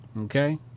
okay